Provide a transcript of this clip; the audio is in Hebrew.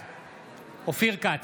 בעד אופיר כץ,